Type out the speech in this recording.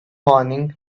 morning